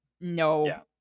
no